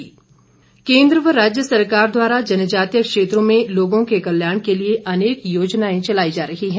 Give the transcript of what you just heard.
योजना केन्द्र व राज्य सरकार द्वारा जनजातीय क्षेत्रों में लोगों के कल्याण के लिए अनेक योजनाए चलाई जा रही हैं